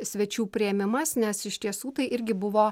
svečių priėmimas nes iš tiesų tai irgi buvo